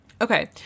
Okay